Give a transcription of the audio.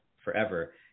forever